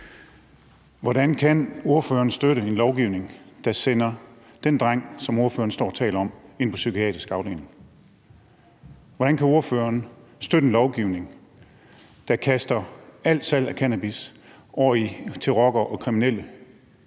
Hvordan kan ordføreren støtte en lovgivning, der sender den dreng, som ordføreren står og taler om, ind på psykiatrisk afdeling? Hvordan kan ordføreren støtte en lovgivning, der kaster al salg af cannabis over til rockere og kriminelle,